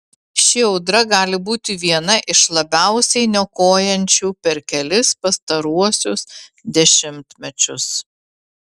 ši audra gali būti viena iš labiausiai niokojančių per kelis pastaruosius dešimtmečius